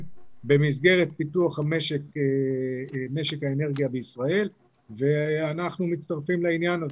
במסגרת פיתוח משק האנרגיה בישראל ואנחנו מצטרפים לעניין הזה,